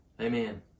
amen